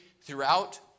throughout